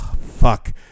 fuck